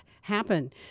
happen